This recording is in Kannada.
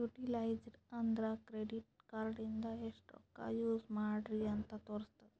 ಯುಟಿಲೈಜ್ಡ್ ಅಂದುರ್ ಕ್ರೆಡಿಟ್ ಕಾರ್ಡ ಇಂದ ಎಸ್ಟ್ ರೊಕ್ಕಾ ಯೂಸ್ ಮಾಡ್ರಿ ಅಂತ್ ತೋರುಸ್ತುದ್